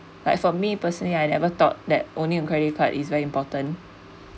like for me personally I never thought that owning a credit card is very important